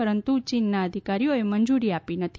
પરંતુ ચીનના અધિકારીઓએ જરૂરી મંજૂરી આપી નથી